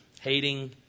hating